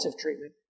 treatment